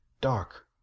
dark